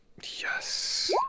Yes